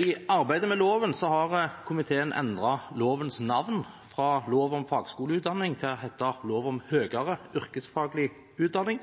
I arbeidet med loven har komiteen endret lovens navn fra «lov om fagskoleutdanning» til «lov om høyere yrkesfaglig utdanning».